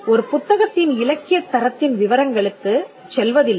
ஒரு புத்தகத்தின் இலக்கியத் தரத்தின் விவரங்களுக்குச் செல்வதில்லை